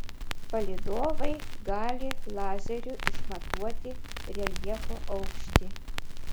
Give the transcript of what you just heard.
palydovai gali lazeriu išmatuoti reljefo aukštį